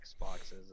Xboxes